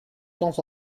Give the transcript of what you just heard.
temps